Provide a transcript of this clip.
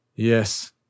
Yes